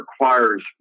requires